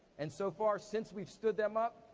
and so far since we've stood them up,